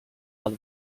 but